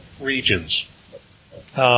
regions